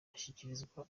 ashyikirizwa